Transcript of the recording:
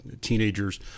teenagers